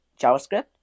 javascript